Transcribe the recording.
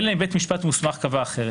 אלא אם בית משפט מוסמך קבע אחרת.